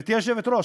גברתי היושבת-ראש,